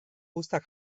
uztak